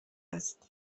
است